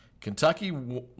Kentucky